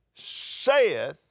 saith